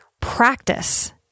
practice